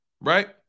right